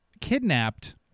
kidnapped